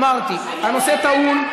אמרתי: הנושא טעון.